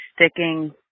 sticking